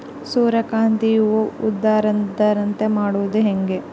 ಸೂರ್ಯಕಾಂತಿ ಹೂವ ಉದರದಂತೆ ಮಾಡುದ ಹೆಂಗ್?